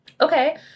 okay